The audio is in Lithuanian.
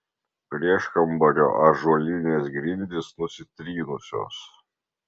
prieškambario ąžuolinės grindys nusitrynusios